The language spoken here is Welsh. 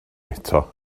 eto